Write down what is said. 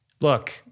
look